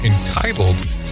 entitled